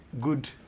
good